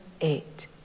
eight